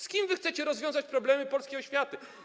Z kim wy chcecie rozwiązywać problemy polskiej oświaty?